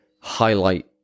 highlight